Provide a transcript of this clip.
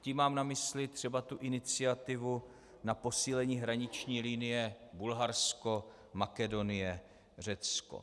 Tím mám na mysli třeba tu iniciativu na posílení hraniční linie BulharskoMakedonieŘecko.